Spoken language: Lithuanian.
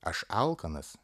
aš alkanas